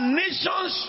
nations